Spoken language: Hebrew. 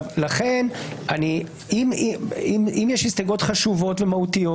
לכן אם יש הסתייגויות חשובות ומהותיות